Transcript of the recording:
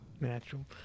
Natural